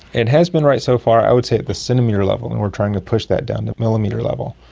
it has been right so far, i would say at the centimetre level and we are trying to push that down to millimetre level.